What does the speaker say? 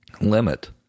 limit